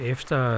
Efter